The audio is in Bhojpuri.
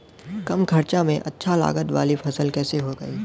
कम खर्चा में अच्छा लागत वाली फसल कैसे उगाई?